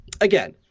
again